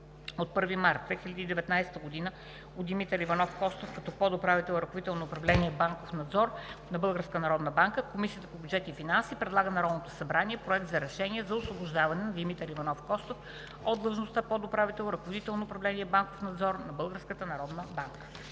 от 1 март 2019 г. от Димитър Иванов Костов като подуправител – ръководител на управление „Банков надзор“ на Българската народна банка, Комисията по бюджет и финанси предлага на Народното събрание Проект на решение за освобождаване на Димитър Иванов Костов от длъжността подуправител – ръководител на управление „Банков надзор“ на